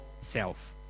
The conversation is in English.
self